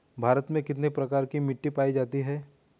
भारत में कितने प्रकार की मिट्टी पाई जाती हैं?